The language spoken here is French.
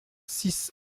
six